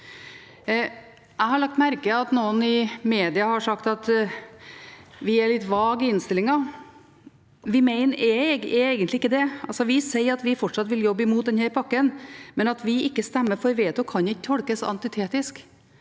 Jeg har lagt merke til at noen i mediene har sagt at vi er litt vage i innstillingen. Vi mener vi egentlig ikke er det. Vi sier at vi fortsatt vil jobbe imot pakken, men det at vi ikke stemmer for veto, kan ikke tolkes antitetisk.